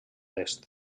est